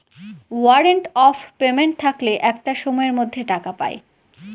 warrant of payment থাকলে একটা সময়ের মধ্যে টাকা পায়